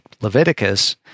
Leviticus